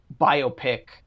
biopic